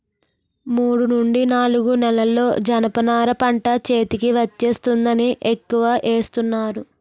మూడు నుండి నాలుగు నెలల్లో జనప నార పంట చేతికి వచ్చేస్తుందని ఎక్కువ ఏస్తున్నాను